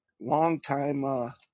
long-time